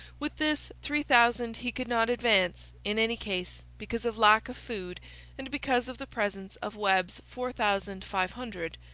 with this three thousand he could not advance, in any case, because of lack of food and because of the presence of webb's four thousand five hundred,